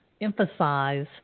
emphasize